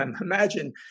imagine